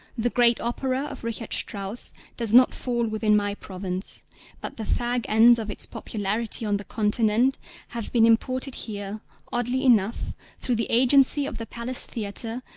the great opera of richard strauss does not fall within my province but the fag ends of its popularity on the continent have been imported here oddly enough through the agency of the palace theatre,